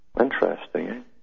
interesting